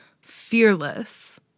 Fearless